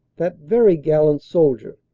that very gallant soldier,